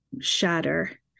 shatter